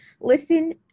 Listen